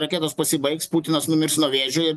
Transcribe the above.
raketos pasibaigs putinas numirs nuo vėžio ir